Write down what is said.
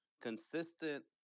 consistent